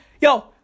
yo